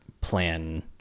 plan